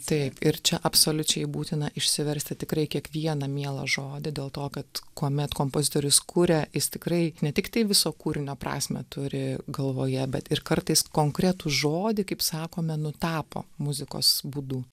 taip ir čia absoliučiai būtina išsiversti tikrai kiekvieną mielą žodį dėl to kad kuomet kompozitorius kuria jis tikrai ne tiktai viso kūrinio prasmę turi galvoje bet ir kartais konkretų žodį kaip sakome nutapo muzikos būdu